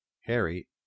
Harry